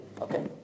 Okay